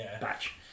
batch